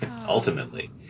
ultimately